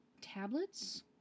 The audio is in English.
tablets